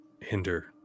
hinder